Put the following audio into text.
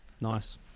nice